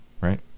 right